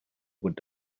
would